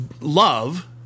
love